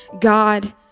God